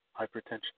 hypertension